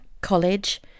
college